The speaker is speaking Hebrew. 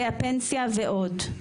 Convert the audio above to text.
תודה.